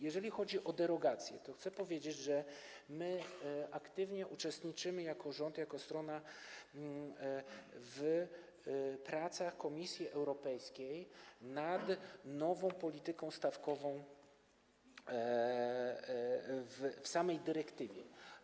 Jeżeli chodzi o derogacje, chcę powiedzieć, że my aktywnie uczestniczymy jako rząd, jako strona w pracach Komisji Europejskiej nad nową polityką stawkową w samej dyrektywie.